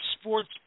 sports